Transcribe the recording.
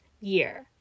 year